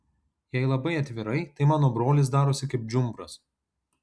jei labai atvirai tai mano brolis darosi kaip džiumbras